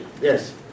Yes